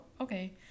okay